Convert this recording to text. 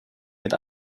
mit